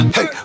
Hey